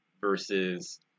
versus